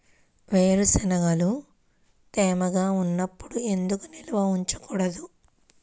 వేరుశనగలు తేమగా ఉన్నప్పుడు ఎందుకు నిల్వ ఉంచకూడదు?